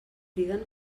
criden